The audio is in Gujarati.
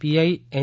PI N